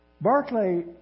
Barclay